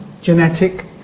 genetic